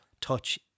touch